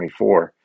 2024